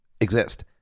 exist